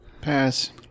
Pass